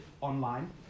online